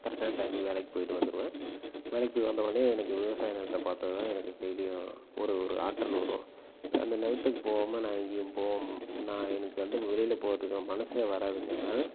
கரெட்டான டைமுக்கு வேலைக்குப் போயிவிட்டு வந்துருவேன் வேலைக்குப் போய் வந்தவொன்னே எனக்கு விவசாய நெலத்தை பார்த்தாதான் எனக்கு டெய்லியும் ஒரு ஒரு ஆற்றல் வரும் அந்த நிலத்துக்குப் போவமா நான் எங்கேயும் போவம் நான் எனக்கு வந்து வெளியில போகறத்துக்கு மனசே வராதுங்க அதனால